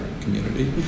community